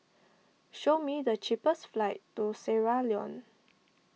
show me the cheapest flights to Sierra Leone